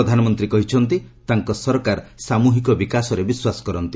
ପ୍ରଧାନମନ୍ତ୍ରୀ କହିଛନ୍ତି ତାଙ୍କ ସରକାର ସାମ୍ବହିକ ବିକାଶରେ ବିଶ୍ୱାସ କରନ୍ତି